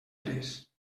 tres